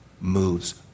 moves